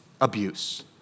abuse